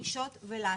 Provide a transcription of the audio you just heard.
לדרישות ולצעדים.